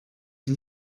sie